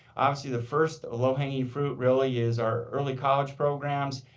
obviously the first low-hanging fruit really is our earlier college programs.